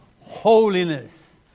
holiness